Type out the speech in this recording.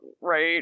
right